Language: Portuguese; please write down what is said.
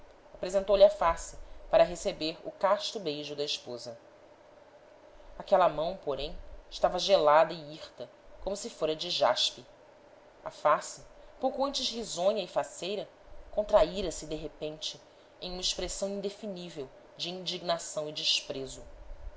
apresentou-lhe a face para receber o casto beijo da esposa aquela mão porém estava gelada e hirta como se fora de jaspe a face pouco antes risonha e faceira contraíra se de repente em uma expressão indefinível de indignação e desprezo